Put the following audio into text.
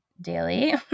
daily